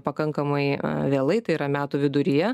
pakankamai vėlai tai yra metų viduryje